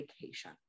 vacation